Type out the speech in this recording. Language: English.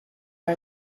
are